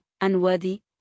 unworthy